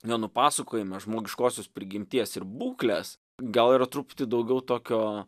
nenupasakojime žmogiškosios prigimties ir būklės gal yra truputį daugiau tokio